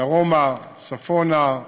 דרומה, צפונה,